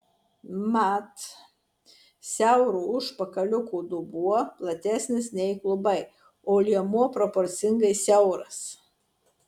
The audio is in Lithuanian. mat siauro užpakaliuko dubuo platesnis nei klubai o liemuo proporcingai siauras